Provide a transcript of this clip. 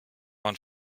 man